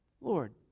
Lord